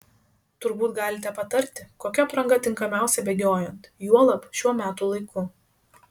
turbūt galite patarti kokia apranga tinkamiausia bėgiojant juolab šiuo metų laiku